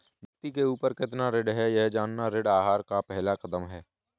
व्यक्ति के ऊपर कितना ऋण है यह जानना ऋण आहार का पहला कदम है